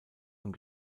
und